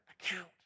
account